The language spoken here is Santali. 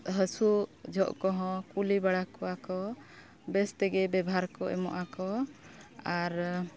ᱦᱟᱹᱥᱩ ᱡᱚᱠᱷᱚᱱ ᱠᱚᱦᱚᱸ ᱠᱩᱞᱤ ᱵᱟᱲᱟ ᱠᱚᱣᱟ ᱠᱚ ᱵᱮᱥ ᱛᱮᱜᱮ ᱵᱮᱵᱷᱟᱨ ᱠᱚ ᱮᱢᱚᱜ ᱟᱠᱚ ᱟᱨ